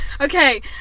Okay